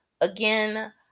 Again